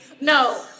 no